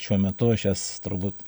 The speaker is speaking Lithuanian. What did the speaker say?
šiuo metu aš jas turbūt